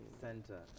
center